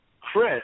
Chris